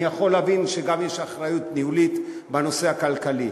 אני יכול להבין שגם יש אחריות ניהולית בנושא הכלכלי.